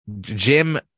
jim